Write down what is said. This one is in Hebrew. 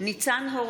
(קוראת בשמות חברי הכנסת) ניצן הורוביץ,